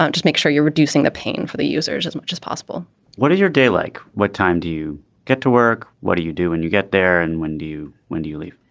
um just make sure you're reducing the pain for the users as much as possible what does your day like? what time do you get to work? what do you do when and you get there? and when do you when do you leave?